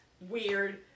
weird